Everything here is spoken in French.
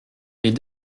les